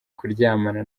kuryamana